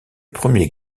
premier